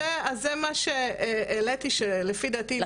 אז זה מה שהעליתי שלפי דעתי ניתן לעשות.